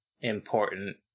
important